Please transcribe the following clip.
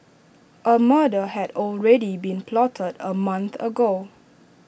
A murder had already been plotted A month ago